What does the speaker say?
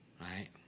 right